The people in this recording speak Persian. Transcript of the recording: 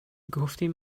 گفتین